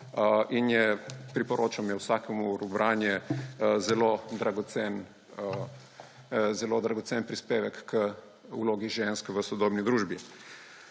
javnega. Priporočam jo vsakemu v branje, je zelo dragocen prispevek k vlogi žensk v sodobni družbi.